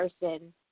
person